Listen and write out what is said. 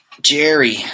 Jerry